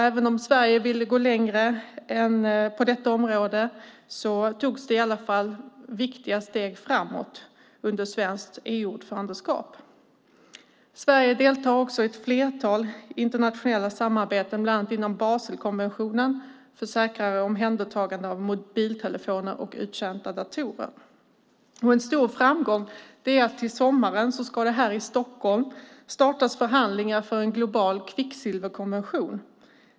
Även om Sverige ville gå längre på detta område togs det i alla fall viktiga steg framåt under svenskt EU-ordförandeskap. Sverige deltar också i ett flertal internationella samarbeten, bland annat inom Baselkonventionen för säkrare omhändertagande av mobiltelefoner och uttjänta datorer. En stor framgång är att det till sommaren här i Stockholm ska startas förhandlingar för en global kvicksilverkonvention.